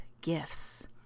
gifts